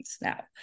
now